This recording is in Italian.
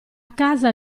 casa